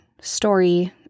story